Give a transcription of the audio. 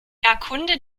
erkunde